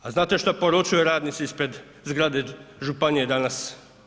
A znate što poručuju radnici ispred zgrade županije danas?